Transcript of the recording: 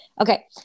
Okay